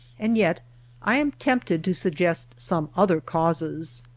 and yet i am tempted to suggest some other causes.